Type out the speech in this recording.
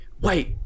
wait